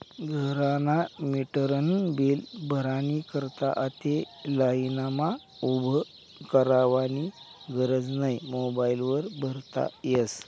घरना मीटरनं बील भरानी करता आते लाईनमा उभं रावानी गरज नै मोबाईल वर भरता यस